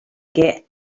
get